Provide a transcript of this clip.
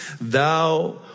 thou